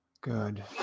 good